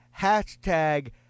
hashtag